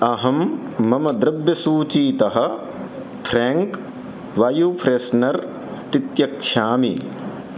अहं मम द्रव्यसूचीतः फ्राङ्क् वायुः फ्रेश्नर् तित्यक्षामि